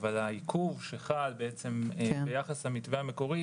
אבל העיכוב שחל ביחס למתווה המקורי